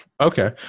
okay